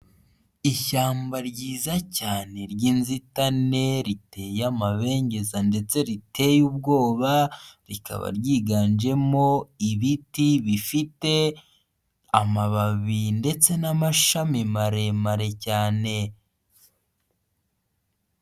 Ishyamba ryiza cyane ry'inzitane, riteye amabengeza ndetse riteye ubwoba rikaba ryiganjemo ibiti bifite amababi ndetse n'amashami maremare cyane.